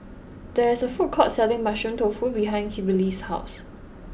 there is a food court selling Mushroom Tofu behind Kimberli's house